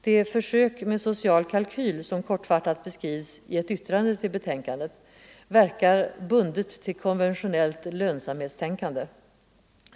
Det Försök med social kalkyl som kortfattat beskrivs i ett yttrande till betänkandet verkar bundet till konventionellt lönsamhetstänkande.